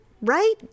right